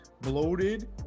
bloated